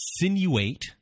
insinuate